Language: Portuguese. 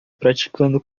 praticando